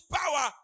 power